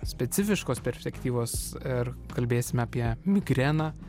specifiškos perspektyvos ir kalbėsime apie migreną